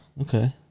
Okay